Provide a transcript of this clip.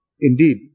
Indeed